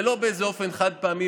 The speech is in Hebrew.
ולא באיזה אופן חד-פעמי,